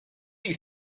you